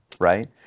right